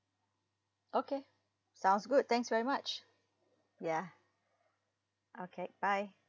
okay sounds good thanks very much ya okay bye